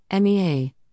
MEA